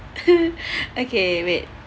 okay wait